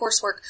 coursework